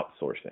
outsourcing